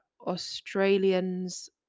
Australians